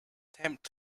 tempt